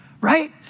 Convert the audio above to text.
right